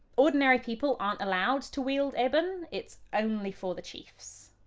ordinary people aren't allowed to wield eben it's only for the chiefs.